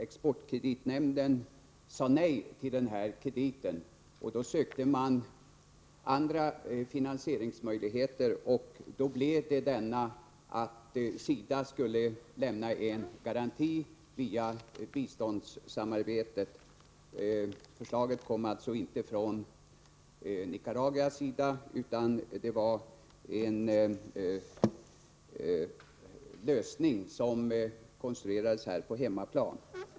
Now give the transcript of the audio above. Exportkreditnämnden sade nej till denna kredit, och då sökte man andra finansieringsmöjligheter. Resultatet blev att SIDA skulle lämna en garanti via biståndssamarbetet. Förslaget kom alltså inte från Nicaragua utan var en lösning som konstruerades här på hemmaplan.